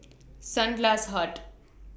Sunglass Hut